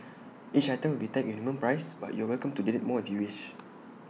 each item will be tagged with A minimum price but you're welcome to donate more if you wish